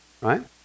right